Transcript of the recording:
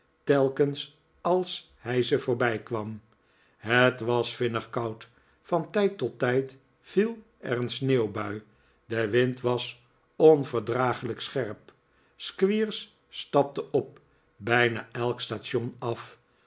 telkens als hij ze voorbijkwam het was vinnig koud van tijd tot tijd viel er een sneeuwbui de wind was onverdraaglijk scherp squeers stapte op bijna elk station af